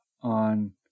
on